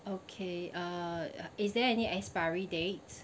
okay uh is there any expiry dates